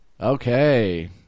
Okay